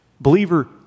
believer